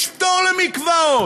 יש פטור למקוואות.